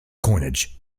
coinage